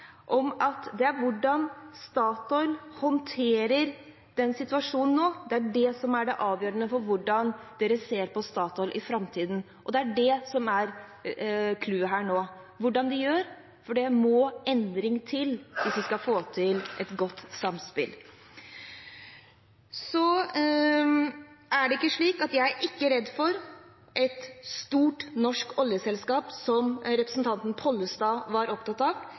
at det er hvordan Statoil håndterer den situasjonen nå, som er det avgjørende for hvordan man ser på Statoil i framtiden, og det er det som er clouet her nå, hvordan de gjør det, for det må endring til hvis vi skal få til et godt samspill. Jeg er ikke redd for et stort norsk oljeselskap, som representanten Pollestad var opptatt av.